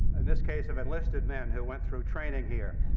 in this case of enlisted men who went through training here.